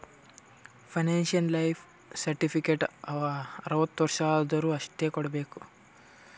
pension life certificate ಅರ್ವತ್ ವರ್ಷ ಆದ್ವರು ಅಷ್ಟೇ ಕೊಡ್ಬೇಕ